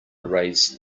erase